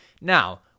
now